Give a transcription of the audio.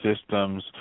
systems